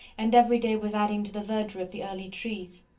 and every day was adding to the verdure of the early trees.